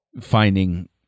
finding